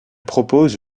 propose